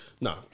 No